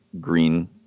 green